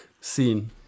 scene